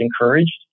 encouraged